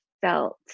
felt